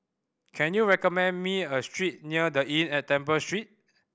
can you recommend me a street near The Inn at Temple Street